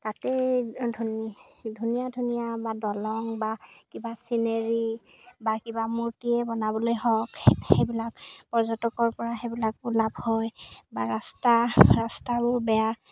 তাতে ধুন ধুনীয়া ধুনীয়া বা দলং বা কিবা চিনেৰী বা কিবা মূৰ্তিয়ে বনাবলৈ হওক সেইবিলাক পৰ্যটকৰ পৰা সেইবিলাকো লাভ হয় বা ৰাস্তা ৰাস্তাবোৰ বেয়া